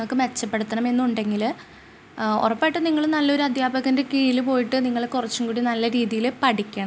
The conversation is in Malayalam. പിന്നെ പിന്നെ കുട്ടികളെ കിട്ടി തുടങ്ങി അപ്പം ഞാൻ ചെറിയ രീതിയിലൊരു ഡാൻസ് ക്ലാസ്സ് തുടങ്ങി അവിടെ എനിക്ക് അത്യാവശ്യം കുട്ടികളുണ്ടായിരുന്നു